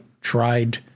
tried